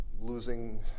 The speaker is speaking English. losing